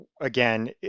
again